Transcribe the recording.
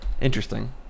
interesting